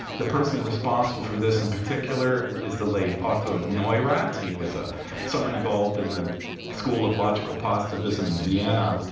the person responsible for this, in particular, is the late otto neurath. he was ah someone involved in the school of logical positivism in vienna,